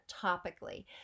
topically